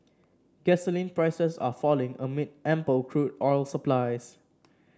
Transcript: gasoline prices are falling amid ample crude oil supplies